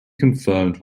confirmed